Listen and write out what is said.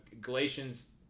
Galatians